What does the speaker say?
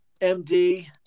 MD